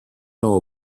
know